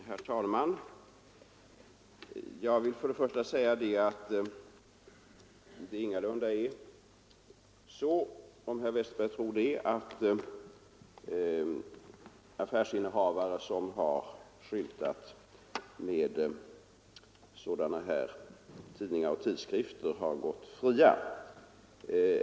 Herr talman! Jag vill först säga att det ingalunda är så, om herr Westberg i Ljusdal tror det, att affärsinnehavare som har skyltat med sådana här bilder eller tidskrifter har gått fria.